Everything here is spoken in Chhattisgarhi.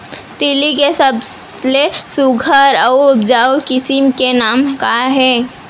तिलि के सबले सुघ्घर अऊ उपजाऊ किसिम के नाम का हे?